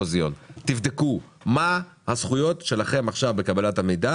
תבדקו מה הזכויות שלכם עכשיו בקבלת המידע